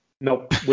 Nope